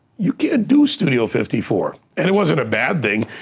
you can't do studio fifty four, and it wasn't a bad thing.